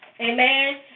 Amen